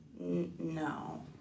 No